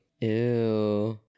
Ew